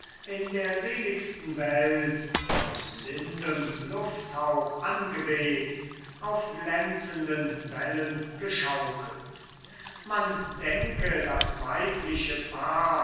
in der seligsten welt von lindem lufthauch angeweht auf glänzenden wellen geschaukelt man denke das weibliche paar